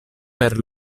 per